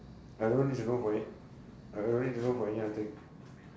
I don't know if you should go for it I really don't know for any other thing